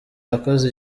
yakoze